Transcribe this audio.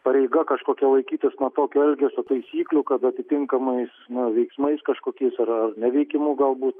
pareiga kažkokia laikytis na tokių elgesio taisyklių kad atitinkamais veiksmais kažkokiais ar ar neveikimu galbūt